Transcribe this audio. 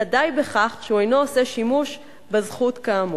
אלא די בכך שהיא אינה עושה שימוש בזכות, כאמור.